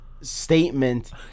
statement